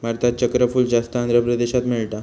भारतात चक्रफूल जास्त आंध्र प्रदेशात मिळता